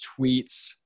tweets